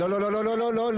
לא, לא, לא.